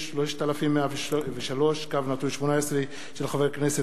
2011, מאת חברי הכנסת